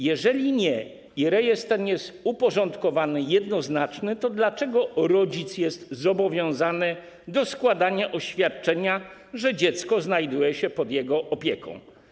Jeżeli nie i rejestr ten jest uporządkowany i jednoznaczny, to dlaczego rodzic jest zobowiązany do składania oświadczenia, że dziecko znajduje się pod jego opieką?